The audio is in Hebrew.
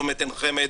צומת עין חמד,